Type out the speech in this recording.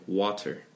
water